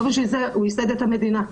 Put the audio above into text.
לא בשביל זה הוא ייסד את המדינה.